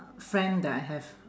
friend that I have